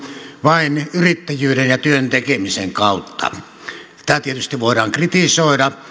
vain yrittäjyyden ja työn tekemisen kautta tätä tietysti voidaan kritisoida